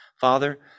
Father